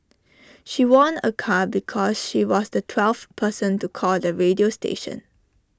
she won A car because she was the twelfth person to call the radio station